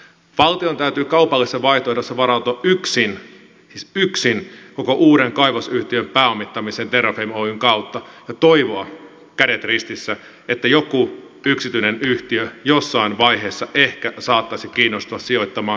valtion täytyy kaupallisessa vaihtoehdossa varautua yksin siis yksin koko uuden kaivosyhtiön pääomittamiseen terrafame oyn kautta ja toivoa kädet ristissä että joku yksityinen yhtiö jossain vaiheessa ehkä saattaisi kiinnostua sijoittamaan uuteen kaivosyhtiöön